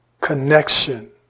connection